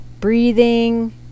breathing